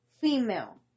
female